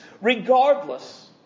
regardless